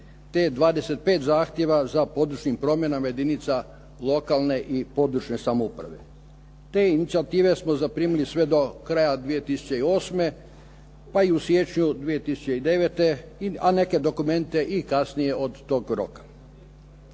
te 25 zahtjeva za područnim promjenama jedinica lokalne i područne samouprave. Te inicijative smo zaprimili sve do kraja 2008. pa i u siječnju 2009., a neke dokumente i kasnije od tog roka.